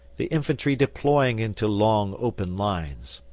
the infantry deploying into long open lines,